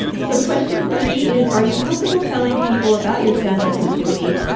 and so question three is, are you comfortable telling people about your sound sensitivity?